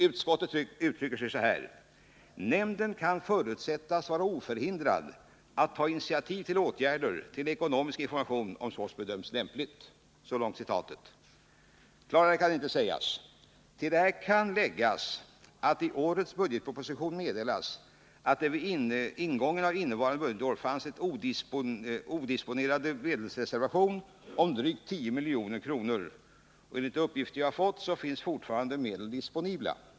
Utskottet uttrycker sig så här: ”Nämnden kan förutsättas vara oförhindrad att ta initiativ till åtgärder rörande ekonomisk information om så bedöms lämpligt.” Klarare kan det inte sägas. Till det här kan läggas att det i årets budgetproposition meddelas att det vid ingången av innevarande budgetår fanns en odisponerad medelsreservation om drygt 10 milj.kr. Enligt de uppgifter jag fått finns medel fortfarande disponibla.